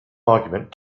argument